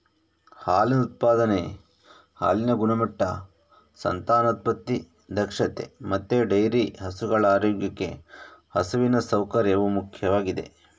ಹಾಲಿನ ಉತ್ಪಾದನೆ, ಹಾಲಿನ ಗುಣಮಟ್ಟ, ಸಂತಾನೋತ್ಪತ್ತಿ ದಕ್ಷತೆ ಮತ್ತೆ ಡೈರಿ ಹಸುಗಳ ಆರೋಗ್ಯಕ್ಕೆ ಹಸುವಿನ ಸೌಕರ್ಯವು ಮುಖ್ಯವಾಗಿದೆ